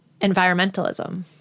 environmentalism